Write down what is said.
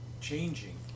Changing